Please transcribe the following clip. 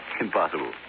Impossible